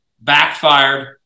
backfired